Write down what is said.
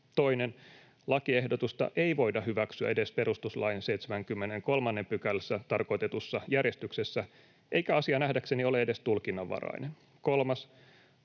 Toinen: ”Lakiehdotusta ei voida hyväksyä edes perustuslain 73 §:ssä tarkoitetussa järjestyksessä, eikä asia nähdäkseni ole edes tulkinnanvarainen.” Kolmas: